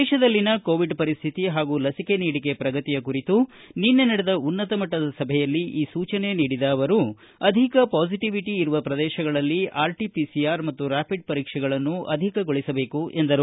ದೇಶದಲ್ಲಿನ ಕೋವಿಡ್ ಪರಿಸ್ಥಿತಿ ಹಾಗೂ ಲಸಿಕೆ ನೀಡಿಕೆ ಪ್ರಗತಿಯ ಕುರಿತು ನಿನ್ನೆ ನಡೆದ ಉನ್ನತ ಮಟ್ಟದ ಸಭೆಯಲ್ಲಿ ಈ ಸೂಚನೆ ನೀಡಿದ ಅವರು ಅಧಿಕ ಪಾಸಿಟಿವಿಟಿ ಇರುವ ಪ್ರದೇಶಗಳಲ್ಲಿ ಆರ್ಟಿಪಿಸಿಆರ್ ಮತ್ತು ರ್ವಾಪಿಡ್ ಪರೀಕ್ಷೆಗಳನ್ನು ಅಧಿಕಗೊಳಿಸಬೇಕು ಎಂದರು